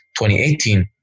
2018